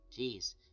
Jeez